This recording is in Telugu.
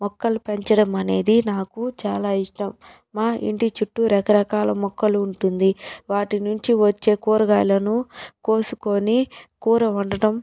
మొక్కలు పెంచడం అనేది నాకు చాలా ఇష్టం మా ఇంటి చుట్టూ రకరకాల మొక్కలు ఉంటుంది వాటి నుంచి వచ్చే కూరగాయలను కోసుకొని కూర వండటం